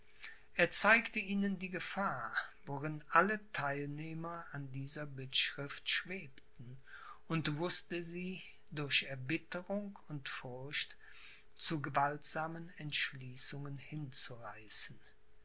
er zeigte ihnen die gefahr worin alle theilnehmer an dieser bittschrift schwebten und wußte sie durch erbitterung und furcht zu gewaltsamen entschließungen hinzureißen